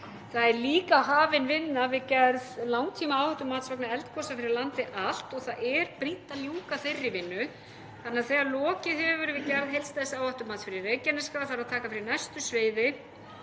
Það er líka hafin vinna við gerð langtímaáhættumats vegna eldgosa fyrir landið allt og það er brýnt að ljúka þeirri vinnu. Þegar lokið hefur verið við gerð heildstæðs áhættumats fyrir Reykjanesskaga þarf því að taka fyrir næstu svæði